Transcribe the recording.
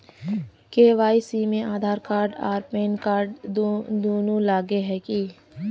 KYC में Aadhaar card आर PAN card दुनू लगे है की?